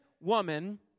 woman